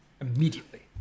Immediately